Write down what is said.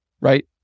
right